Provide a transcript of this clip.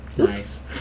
Nice